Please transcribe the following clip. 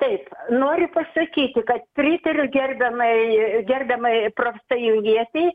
taip noriu pasakyti kad pritariu gerbiamai gerbiamai profsąjungietei